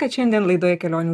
kad šiandien laidoje kelionių